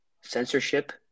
censorship